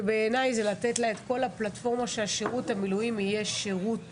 שבעיניי זה לתת לה את כל הפלטפורמה שהשירות המילואים יהיה שירות טוב,